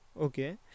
Okay